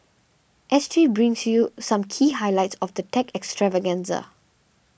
S T brings you some key highlights of the tech extravaganza